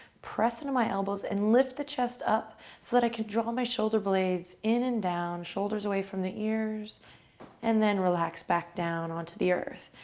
press into my elbows and lift the chest up so that i can draw my shoulder blades in and down shoulders away from the ears and then relax back down onto the earth.